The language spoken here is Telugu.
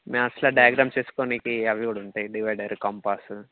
మ్యాథ్స్లో డయాగ్రామ్స్ వేసుకోవడానికి అవి కూడా ఉంటాయి డివైడరు కంపాసు